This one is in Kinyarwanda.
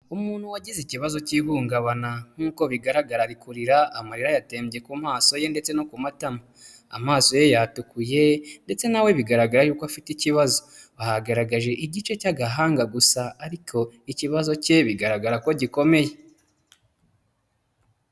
Umuntu wagize ikibazo cy'ihungabana nk'uko bigaragara ari kurira, amarira yatembye ku maso ye ndetse no ku matama. Amaso ye yatukuye ndetse na we bigaragara yuko afite ikibazo. Bahagaragaje igice cy'agahanga gusa ariko ikibazo cye bigaragara ko gikomeye.